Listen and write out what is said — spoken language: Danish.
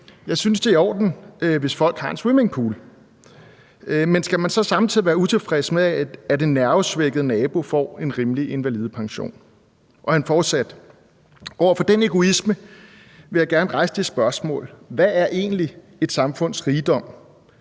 Jeg synes, det er i orden, hvis folk har en swimmingpool, men skal man så samtidig være utilfreds med, at en nervesvækket nabo får en rimelig invalidepension? Og han fortsatte: Over for den egoisme vil jeg gerne rejse det spørgsmål: Hvad er egentlig et samfunds rigdom?